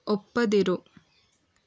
ಒಪ್ಪದಿರು